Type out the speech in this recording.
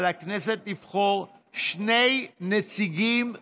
על הכנסת לבחור שני נציגים דרוזים,